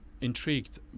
intrigued